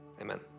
amen